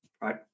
Right